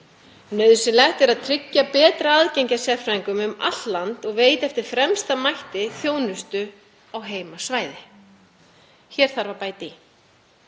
Nauðsynlegt er að tryggja betra aðgengi að sérfræðingum um allt land og veita eftir fremsta mætti þjónustu á heimasvæði. Hér þarf að bæta í.